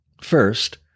First